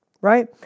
right